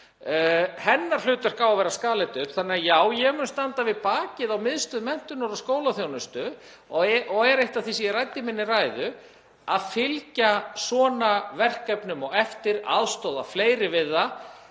Hennar hlutverk á að vera að skala þetta upp. Þannig að já, ég mun standa við bakið á Miðstöð menntunar og skólaþjónustu. Eitt af því sem ég ræddi í minni ræðu er að fylgja svona verkefnum eftir og aðstoða fleiri við það.